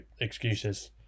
excuses